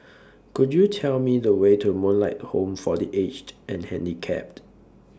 Could YOU Tell Me The Way to Moonlight Home For The Aged and Handicapped